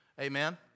Amen